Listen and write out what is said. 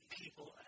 people